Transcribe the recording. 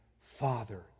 Father